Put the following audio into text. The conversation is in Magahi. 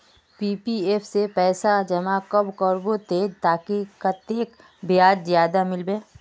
पी.पी.एफ में पैसा जमा कब करबो ते ताकि कतेक ब्याज ज्यादा मिलबे?